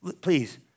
please